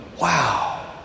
wow